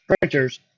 printers